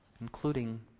including